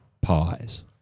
pies